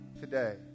today